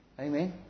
Amen